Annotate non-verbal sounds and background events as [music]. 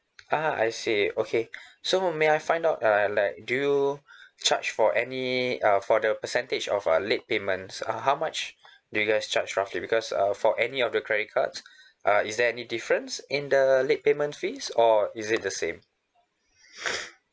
uh I see okay [breath] so may I find out uh like do you [breath] charge for any uh for the percentage of a late payment uh how much do you guys charge roughly because uh for any of the credit cards [breath] uh is there any difference in the late payment fees or is it the same